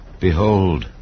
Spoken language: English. Behold